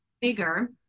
bigger